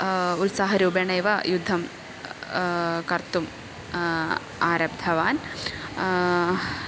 उत्साहरूपेणैव युद्धं कर्तुम् आरब्धवान्